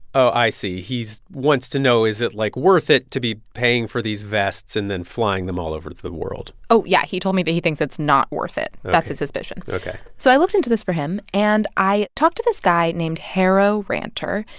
oh, i see. he's wants to know is it, like, worth it to be paying for these vests and then flying them all over the world oh, yeah. he told me that he thinks it's not worth it. that's his suspicion ok so i looked into this for him, and i talked to this guy named harro ranter.